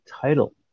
title